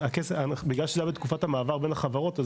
בגלל שזה היה בתקופת המעבר בין החברות,